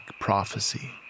prophecy